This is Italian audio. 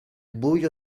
buio